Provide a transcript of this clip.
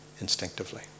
instinctively